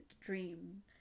dream